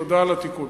תודה על התיקון,